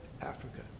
Africa